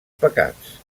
pecats